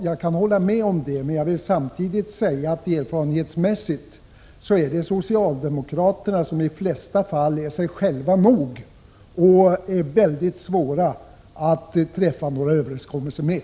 Jag kan hålla med om det, men jag vill också samtidigt säga att erfarenhetsmässigt är det socialdemokraterna som i de flesta fall är sig själva nog och är mycket svåra att träffa överenskommelser med.